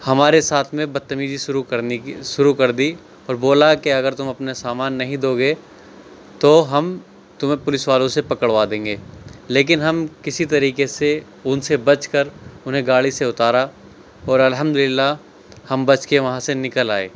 ہمارے ساتھ میں بدتمیزی شروع کرنی کی شروع کر دی اور بولا کہ اگر تم اپنا سامان نہیں دو گے تو ہم تمہیں پولیس والوں سے پکڑوا دیں گے لیکن ہم کسی طریقے سے ان سے بچ کر انہیں گاڑی سے اتارا اور الحمد اللہ ہم بچ کے وہاں سے نکل آئے